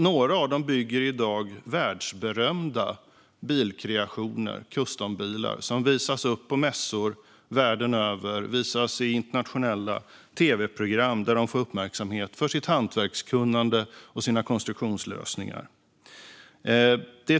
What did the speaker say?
Några av dem bygger i dag världsberömda bilkreationer, custombilar, som visas upp på mässor världen över och i internationella tv-program där de får uppmärksamhet för sitt hantverkskunnande och sina konstruktionslösningar.